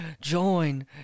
join